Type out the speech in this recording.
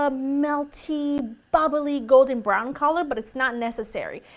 ah melty bubbly golden brown color, but it's not necessary.